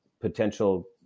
potential